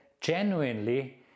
genuinely